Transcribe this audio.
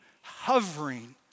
hovering